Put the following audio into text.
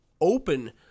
open